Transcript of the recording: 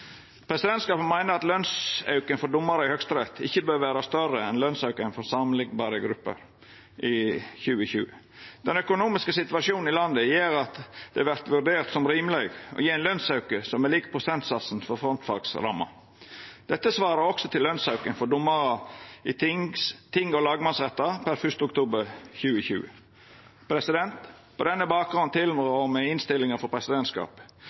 Presidentskapet meiner at lønsauken for domarar i Høgsterett ikkje bør vera større enn lønsauken for grupper ein kan samanlikna med i 2020. Den økonomiske situasjonen i landet gjer at det vert vurdert som rimeleg å gje ein lønsauke som er lik prosentsatsen for frontfagsramma. Dette svarar til lønsauken for domarar i ting- og lagmannsrettar per 1. oktober 2020. På denne bakgrunn tilrår me innstillinga frå presidentskapet.